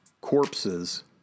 corpses